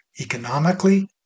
economically